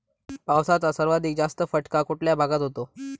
पावसाचा सर्वाधिक जास्त फटका कुठल्या भागात होतो?